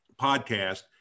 Podcast